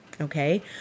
Okay